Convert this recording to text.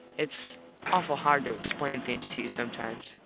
its awful hard to explain things to you sometimes.